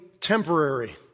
temporary